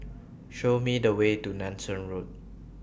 Show Me The Way to Nanson Road